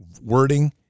wording